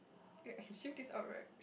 wait I can shift this up right